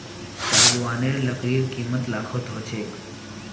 सागवानेर लकड़ीर कीमत लाखत ह छेक